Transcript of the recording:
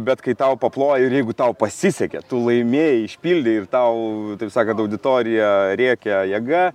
bet kai tau paploja ir jeigu tau pasisekė tu laimėjai išpildei ir tau taip sakant auditorija rėkia jėga